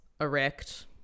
erect